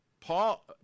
Paul